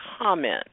comment